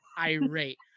irate